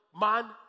man